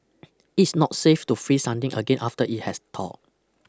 it's not safe to freeze something again after it has thawed